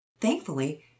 Thankfully